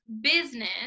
business